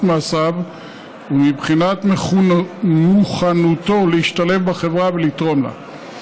מעשיו ומבחינת מוכנותו להשתלב בחברה ולתרום לה.